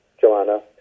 Joanna